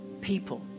people